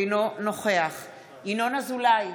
אינו נוכח ינון אזולאי,